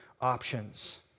options